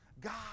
God